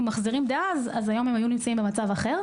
היו מחזירות בעבר אז היום הן היו נמצאות במצב אחר.